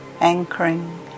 anchoring